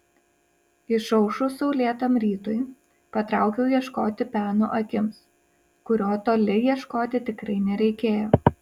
išaušus saulėtam rytui patraukiau ieškoti peno akims kurio toli ieškoti tikrai nereikėjo